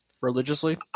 Religiously